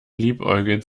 liebäugelt